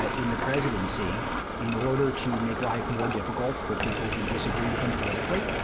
ah in the presidency in order to make life more difficult for people who disagreed with him politically,